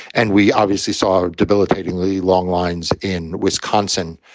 and we obviously saw debilitating the long lines in wisconsin